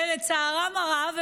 ולצערם הרב,